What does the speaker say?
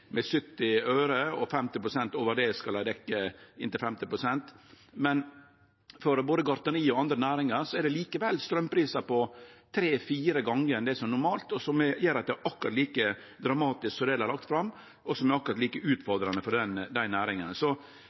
med 70 øre, og over det skal dei dekkje inntil 50 pst. Men for både gartneri og andre næringar er det likevel straumprisar som er tre–fire gonger høgare enn normalt, som gjer at det er akkurat like dramatisk som det dei har lagt fram, og som er akkurat like utfordrande for dei næringane. Så